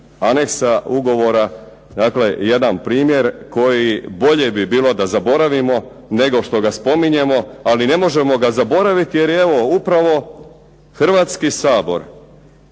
anexa ugovora. Dakle, jedan primjer koji bolje bi bilo da zaboravimo nego što ga spominjemo. Ali ne možemo ga zaboraviti, jer i evo upravo Hrvatski sabor